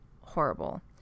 horrible